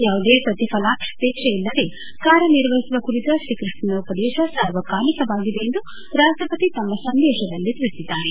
ಯಾವುದೇ ಪ್ರತಿಫಲಾಪೇಕ್ಷೆ ಇಲ್ಲದೆ ಕಾರ್ಯ ನಿರ್ವಹಿಸುವ ಕುರಿತ ಶ್ರೀಕೃಷ್ಣನ ಉಪದೇಶ ಸಾರ್ವಕಾಲಿಕವಾಗಿದೆ ಎಂದು ರಾಷ್ಟಪತಿ ತಮ್ಮ ಸಂದೇಶದಲ್ಲಿ ತಿಳಿಸಿದ್ದಾರೆ